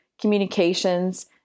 communications